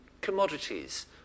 commodities